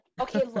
okay